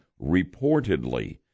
reportedly